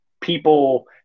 people